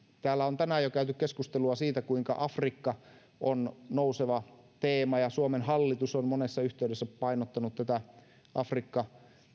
täällä on tänään jo käyty keskustelua siitä kuinka afrikka on nouseva teema ja suomen hallitus on monessa yhteydessä painottanut tätä afrikka